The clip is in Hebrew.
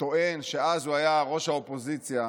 טוען שאז הוא היה ראש האופוזיציה,